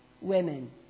women